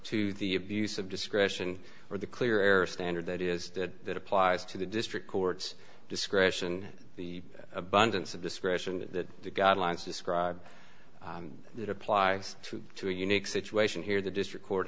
to the abuse of discretion or the clear air standard that is that applies to the district court's discretion the abundance of discretion that god lines describe that applies to a unique situation here the district court